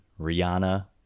Rihanna